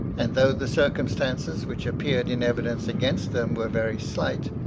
and though the circumstances which appeared in evidence against them were very slight,